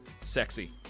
sexy